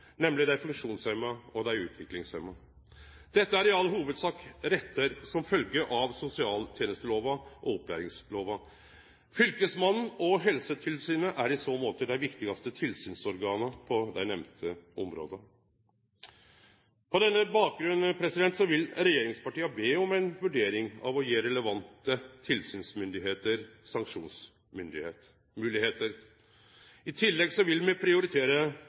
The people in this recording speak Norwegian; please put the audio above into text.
nemleg dei funksjonshemma og dei utviklingshemma. Dette er i all hovudsak rettar som følgjer av sosialtenestelova og opplæringslova. Fylkesmannen og Helsetilsynet er i så måte dei viktigaste tilsynsorgana på dei nemnde områda. På denne bakgrunn vil regjeringspartia be om ei vurdering av å gje relevante tilsynsmyndigheiter sanksjonsmoglegheiter. I tillegg vil me prioritere